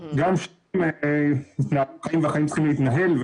גם שם החיים צריכים להתנהל.